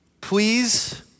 Please